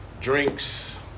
drinks